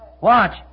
Watch